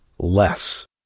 Less